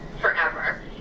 forever